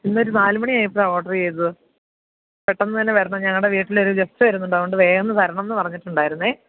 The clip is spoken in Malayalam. ഇന്ന് ഒരു നാലു മണി ആയപ്പോഴാണ് ഓഡർ ചെയ്തത് പെട്ടെന്ന് തന്നെ വരണം ഞങ്ങളുടെ വീട്ടിൽ ഒരു ഗസ്റ്റ് വരുന്നുണ്ട് അതുകൊണ്ട് വേഗം വരണം എന്ന് പറഞ്ഞിട്ടുണ്ടായിരുന്നു